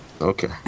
Okay